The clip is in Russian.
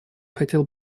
хотел